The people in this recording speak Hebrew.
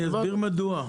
אני אסביר מדוע.